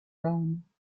rome